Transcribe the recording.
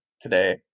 today